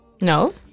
No